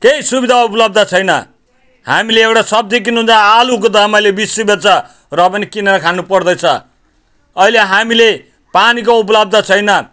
केही सुविधा उपलब्ध छैन हामीले एउटा सब्जी किन्नु जहाँ आलुको दाम अहिले बिस रुपियाँ छ तर पनि किनेर खानुपर्दैछ अहिले हामीले पानीको उपलब्ध छैन